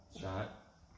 Shot